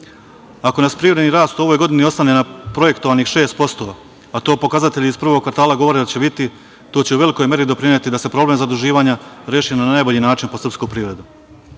Ako naš privredni rast u ovoj godini ostane na projektovanih 6%, a to pokazatelji iz prvog kvartala govore da će biti, to će u velikoj meri doprineti da se problem zaduživanja reši na najbolji način po srpsku privredu.I